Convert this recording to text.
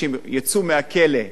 הם יושבים מאחורי סורג ובריח,